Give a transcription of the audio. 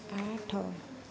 ଆଠ